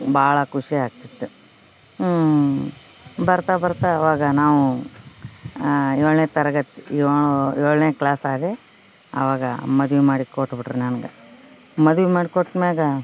ಭಾಳ ಖುಷಿ ಆಗ್ತಿತ್ತು ಬರ್ತಾ ಬರ್ತಾ ಆವಾಗ ನಾವು ಏಳನೇ ತರಗತಿ ಏಳನೇ ಕ್ಲಾಸ್ ಆದೆ ಆವಾಗ ಮದ್ವೆ ಮಾಡಿ ಕೊಟ್ಬಿಟ್ಟರು ನನ್ಗೆ ಮದ್ವೆ ಮಾಡ್ಕೊಟ್ಮ್ಯಾಗ